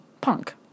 punk